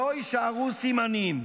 שלא יישארו סימנים'.